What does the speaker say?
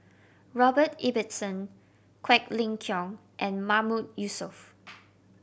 Robert Ibbetson Quek Ling Kiong and Mahmood Yusof